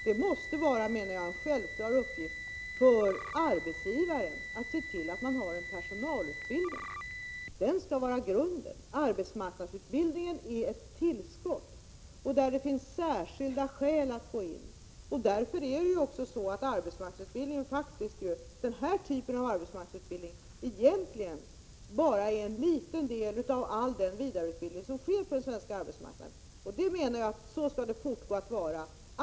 Det måste vara en självklar uppgift för arbetsgivaren att se till att det anordnas personalutbildning — den skall vara grunden. Arbetsmarknadsutbildningen är ett tillskott där det finns särskilda skäl att gå in med sådan. Därför är den här typen av arbetsmarknadsutbildning bara en liten del av all den vidareutbildning som sker på den svenska arbetsmarknaden, och så skall det fortgå att vara, menar jag.